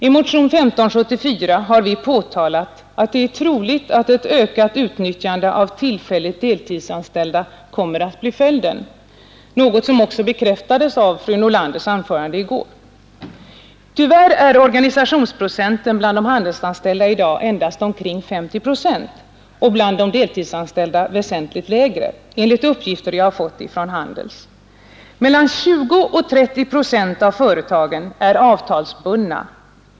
I motionen 1574 har vi påtalat att det är troligt att ett ökat utnyttjande av tillfälligt deltidsanställda kommer att bli följden, något som också bekräftades av fru Nordlanders anförande i går. Tyvärr är organisationsprocenten bland de handelsanställda i dag — enligt uppgifter jag fått från Handels — endast omkring 50 procent och bland de deltidsanstälida väsentligt lägre. Mellan 20 och 30 procent av företagen är avtalsbundna.